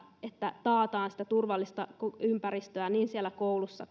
että taataan sitä turvallista ympäristöä niin koulussa